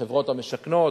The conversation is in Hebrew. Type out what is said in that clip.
לחברות המשכנות.